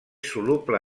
soluble